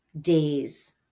days